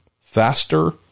faster